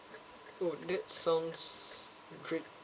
oh that sounds great